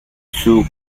sud